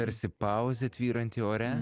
tarsi pauzė tvyranti ore